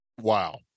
wow